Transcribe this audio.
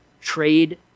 trade